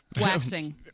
Waxing